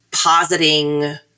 positing